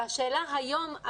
והשאלה היום,